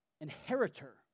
inheritor